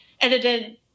edited